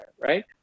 right